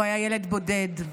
הוא היה ילד בודד,